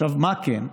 עכשיו, מה כן?